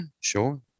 sure